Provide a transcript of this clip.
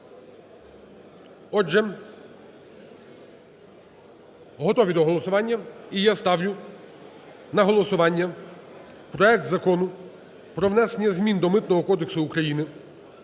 Отже, готові до голосування. І я ставлю на голосування проект Закону про внесення змін до Митного кодексу України